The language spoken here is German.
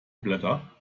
blätter